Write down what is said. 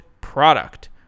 product